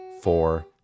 four